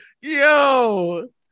Yo